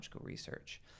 research